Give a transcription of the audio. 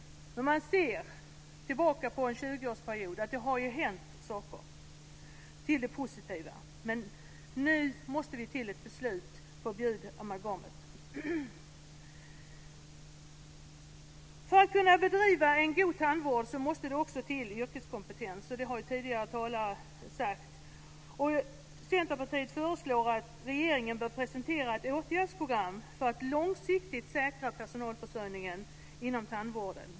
Men när man ser tillbaka på en 20-årsperiod ser man att det har hänt saker till det positiva, men nu måste vi komma fram till ett beslut: Förbjud amalgamet! För att man ska kunna bedriva en god tandvård måste det också till yrkeskompetens - det har ju tidigare talare sagt. Centerpartiet föreslår att regeringen bör presentera ett åtgärdsprogram för att långsiktigt säkra personalförsörjningen inom tandvården.